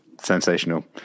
Sensational